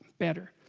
better